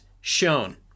shown